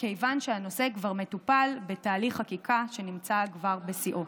כיוון שהנושא כבר מטופל בתהליך חקיקה שנמצא כבר בשיאו.